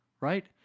right